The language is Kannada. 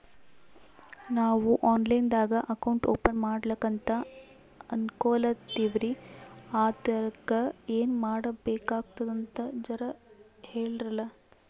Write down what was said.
ನಾವು ಆನ್ ಲೈನ್ ದಾಗ ಅಕೌಂಟ್ ಓಪನ ಮಾಡ್ಲಕಂತ ಅನ್ಕೋಲತ್ತೀವ್ರಿ ಅದಕ್ಕ ಏನ ಮಾಡಬಕಾತದಂತ ಜರ ಹೇಳ್ರಲ?